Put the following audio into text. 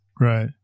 Right